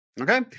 okay